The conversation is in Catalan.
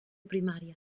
primària